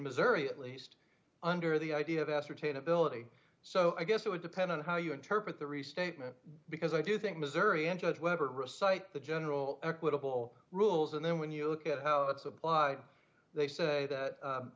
missouri at least under the idea of ascertain ability so i guess it would depend on how you interpret the restatement because i do think missouri and judge weber recite the general equitable rules and then when you look at how it's applied they say that